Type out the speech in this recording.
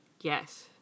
Yes